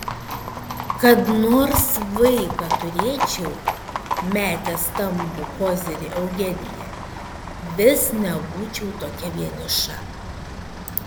kad nors vaiką turėčiau metė stambų kozirį eugenija vis nebūčiau tokia vieniša